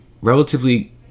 relatively